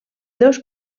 dos